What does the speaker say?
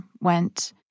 went